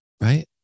Right